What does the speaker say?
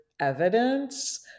evidence